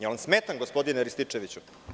Da li vam smetam, gospodine Rističeviću?